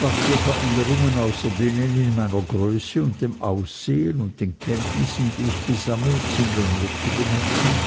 was für veränderungen außer denen in meiner größe und dem aussehen und den kenntnissen die ich gesammelt sind an mir zu bemerken